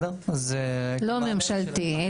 לא ממשלתי,